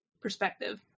perspective